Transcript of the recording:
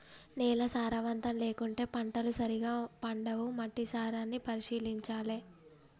నేల సారవంతం లేకుంటే పంటలు సరిగా పండవు, మట్టి సారాన్ని పరిశీలించాలె